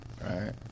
right